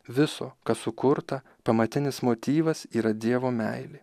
viso kas sukurta pamatinis motyvas yra dievo meilė